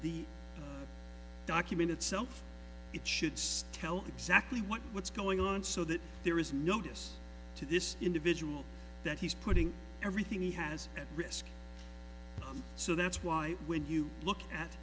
the document itself it should just tell exactly what what's going on so that there is notice to this individual that he's putting everything he has at risk so that's why when you look at